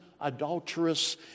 adulterous